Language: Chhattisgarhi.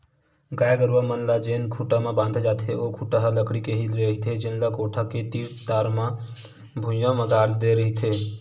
गाय गरूवा मन ल जेन खूटा म बांधे जाथे ओ खूटा ह लकड़ी के ही रहिथे जेन ल कोठा के तीर तीर म भुइयां म गाड़ दे रहिथे